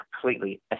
completely